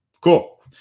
cool